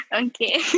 Okay